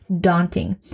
daunting